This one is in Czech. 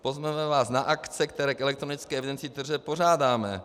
Pozveme vás na akce, které k elektronické evidenci tržeb pořádáme.